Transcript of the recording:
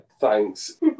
Thanks